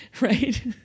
right